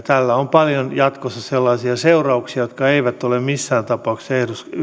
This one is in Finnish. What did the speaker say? paljon jatkossa sellaisia seurauksia jotka eivät ole missään tapauksessa yhteiskuntaa tervehdyttäviä kyllä